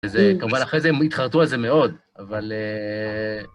זה, כמובן אחרי זה הם התחרטו על זה מאוד, אבל...